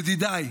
ידידיי.